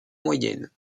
moyenne